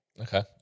okay